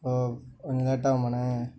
ஓ கொஞ்சம் லேட் ஆகுமாண்ணே